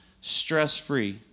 Stress-free